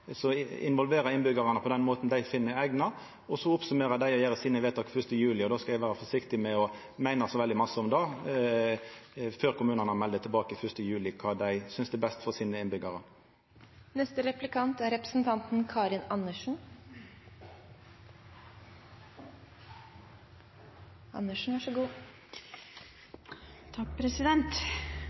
Så summerer dei opp og gjer sine vedtak 1. juli, og då skal eg vera forsiktig med å meina så veldig masse om det før kommunane melder tilbake 1. juli kva dei synest er best for sine